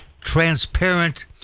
transparent